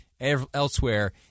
elsewhere